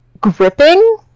gripping